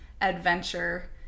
adventure